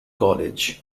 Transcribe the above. colleges